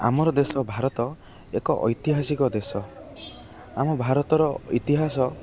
ଆମର ଦେଶ ଭାରତ ଏକ ଐତିହାସିକ ଦେଶ ଆମ ଭାରତର ଇତିହାସ